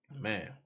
Man